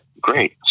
Great